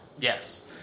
yes